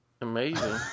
Amazing